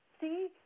See